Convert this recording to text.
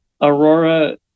Aurora